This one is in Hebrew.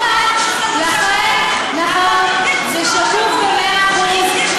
אבל "אם תרצו" לא שקוף, זה שקוף במאה אחוז.